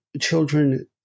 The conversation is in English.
children